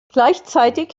gleichzeitig